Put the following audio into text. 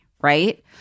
right